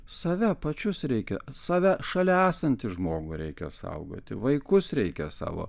save pačius reikia save šalia esantį žmogų reikia saugoti vaikus reikia savo